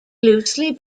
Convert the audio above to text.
loosely